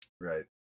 Right